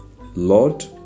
Lord